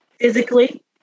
physically